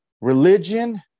religion